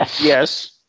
Yes